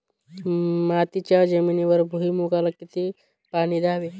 मातीच्या जमिनीवर भुईमूगाला किती पाणी द्यावे?